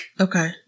Okay